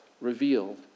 revealed